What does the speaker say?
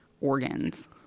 organs